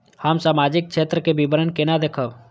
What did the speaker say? हम सामाजिक क्षेत्र के विवरण केना देखब?